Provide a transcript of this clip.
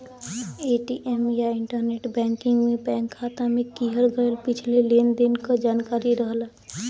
ATM या internet banking में bank खाता में किहल गयल पिछले लेन देन क जानकारी रहला